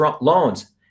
loans